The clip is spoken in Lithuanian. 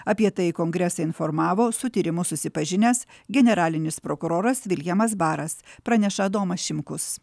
apie tai kongresą informavo su tyrimu susipažinęs generalinis prokuroras viljamas baras praneša adomas šimkus